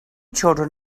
children